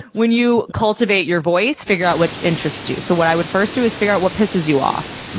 when you cultivate your voice, figure out what interests you. so what i would first do is figure out what pisses you off.